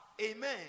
Amen